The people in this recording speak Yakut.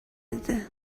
этэ